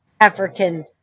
African